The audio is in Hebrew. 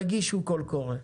תגישו קול קורא.